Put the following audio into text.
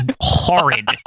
horrid